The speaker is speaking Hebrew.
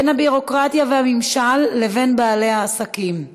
בין הביורוקרטיה והממשל לבין בעלי העסקים.